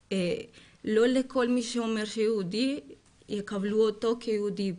שלא לכל מי שאומר שהוא יהודי יקבלו אותו כיהודי,